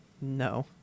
no